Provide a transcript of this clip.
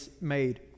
made